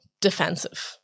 defensive